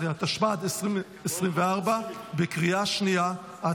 19), התשפ"ד 2024, בקריאה שנייה.